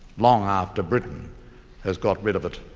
long after britain has got rid of it.